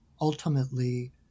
ultimately